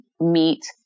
meet